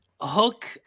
hook